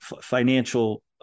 financial